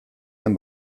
den